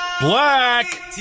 Black